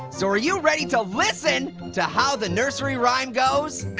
so are you ready to listen to how the nursery rhyme goes?